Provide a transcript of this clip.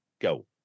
go